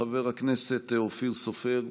חבר הכנסת אופיר סופר,